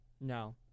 No